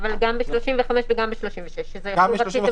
גם ב-(35) וגם ב-(36), שזה יחול --- נכון.